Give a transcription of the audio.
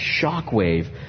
shockwave